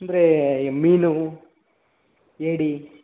ಅಂದ್ರೆ ಈಗ ಮೀನು ಏಡಿ